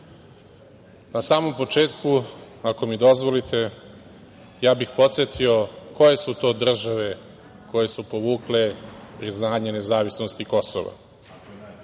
na samom početku, ako mi dozvolite, ja bih podsetio koje su to države koje su povukle priznanje nezavisnosti